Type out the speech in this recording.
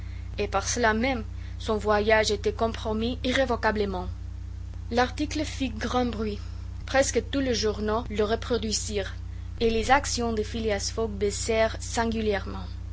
et par cela même son voyage était compromis irrévocablement l'article fit grand bruit presque tous les journaux le reproduisirent et les actions de phileas fogg baissèrent singulièrement